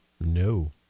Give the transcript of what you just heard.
No